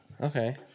Okay